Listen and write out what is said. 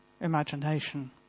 imagination